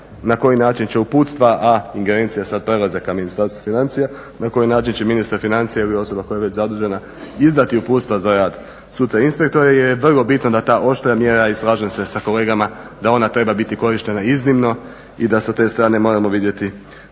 na koji način će uputstva a ingerencija sad prijelaz ka Ministarstvu financija na koji način će Ministar financija ili osoba koja je već zadužena izdati uputstva za rad, sutra inspektori jer je vrlo bitna da ta oštra mjera i slažem se sa kolegama da ona treba biti korištena iznimno i da sa te strane moramo vidjeti